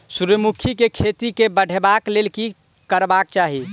सूर्यमुखी केँ खेती केँ बढ़ेबाक लेल की करबाक चाहि?